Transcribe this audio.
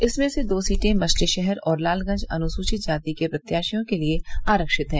इसमें से दो सीटें मछली शहर और लालगंज अनुसूचित जाति के प्रत्याशियों के लिये आरक्षित है